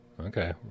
Okay